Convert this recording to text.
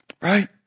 Right